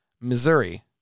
Missouri